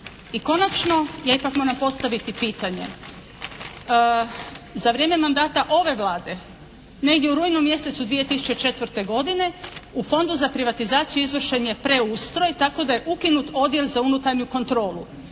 I konačno, ja ipak moram postaviti pitanje. Za vrijeme mandata ove Vlade negdje u rujnu mjesecu 2004. godine, u Fondu za privatizaciju izvršen je preustroj tako da je ukinut odjel za unutarnju kontrolu